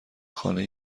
خانه